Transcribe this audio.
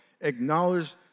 acknowledge